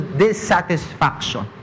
dissatisfaction